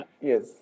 Yes